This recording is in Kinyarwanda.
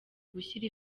gushyira